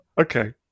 Okay